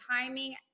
timing